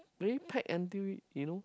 very packed until you know